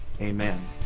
Amen